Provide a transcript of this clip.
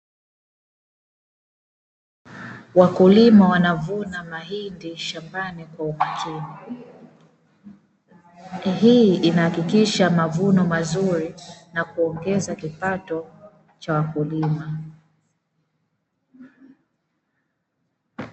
Wakulima wanavuna mahindi shambani kwa umakini. Hali hii inahakikisha mavuno mazuri na kuongeza kipato cha wakulima.